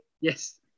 Yes